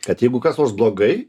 kad jeigu kas nors blogai